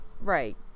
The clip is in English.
Right